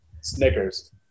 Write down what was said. snickers